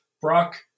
Brock